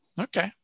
okay